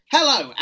Hello